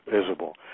visible